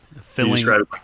filling